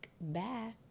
Bye